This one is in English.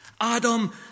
Adam